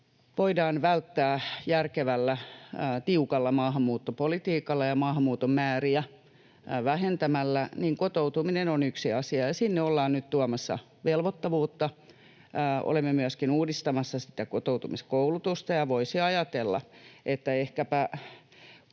voidaan välttää järkevällä, tiukalla maahanmuuttopolitiikalla ja maahanmuuton määriä vähentämällä, niin kotoutuminen on yksi asia, ja sinne ollaan nyt tuomassa velvoittavuutta. Olemme myöskin uudistamassa sitä kotoutumiskoulutusta, ja voisi ajatella, että ehkäpä